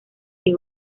que